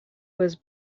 was